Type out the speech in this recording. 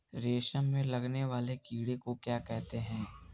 रेशम में लगने वाले कीड़े को क्या कहते हैं?